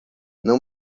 não